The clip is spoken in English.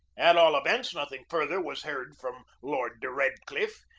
at all events, nothing further was heard from lord de redcliffe,